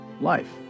life